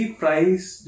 price